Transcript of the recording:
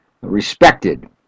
respected